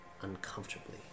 uncomfortably